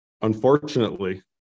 Unfortunately